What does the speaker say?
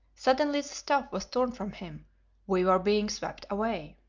suddenly the staff was torn from him we were being swept away.